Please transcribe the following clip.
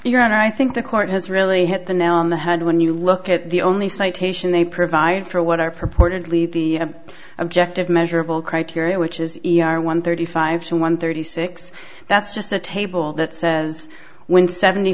your honor i think the court has really hit the nail on the head when you look at the only citation they provide for what are purportedly the objective measurable criteria which is one thirty five to one thirty six that's just a table that says when seventy